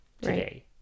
today